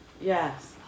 Yes